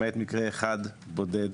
למעט מקרה אחד בודד,